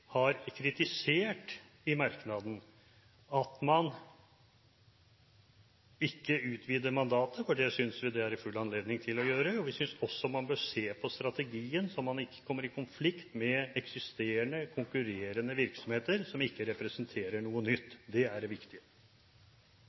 merknaden kritisert at man ikke utvider mandatet, for det synes vi det er full anledning til å gjøre. Vi synes også man bør se på strategien, slik at man ikke kommer i konflikt med eksisterende konkurrerende virksomheter som ikke representerer noe nytt. Det er det viktige.